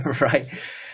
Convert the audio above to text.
Right